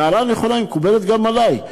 היא הערה נכונה, היא מקובלת גם עלי.